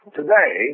today